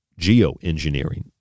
geoengineering